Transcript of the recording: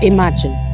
Imagine